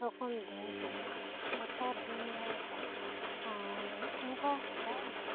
ᱨᱚᱠᱚᱱ ᱫᱤᱱ ᱠᱟᱱᱟ ᱱᱮᱛᱟᱨ ᱫᱤᱱ ᱫᱚ ᱟᱸ ᱚᱱᱠᱟ ᱫᱟᱜ ᱫᱚ